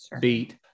beat